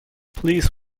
please